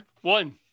One